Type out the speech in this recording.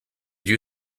due